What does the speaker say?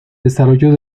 desarrollo